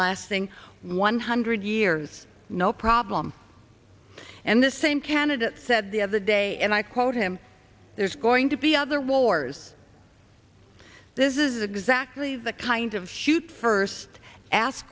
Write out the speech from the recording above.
lasting one hundred years no problem and the same candidate said the other day and i quote him there is going to be other wars this is exactly the kind of shoot first ask